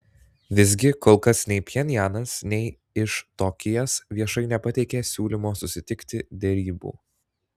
visgi kol kas nei pchenjanas nei iš tokijas viešai nepateikė siūlymo susitikti derybų